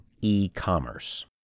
e-commerce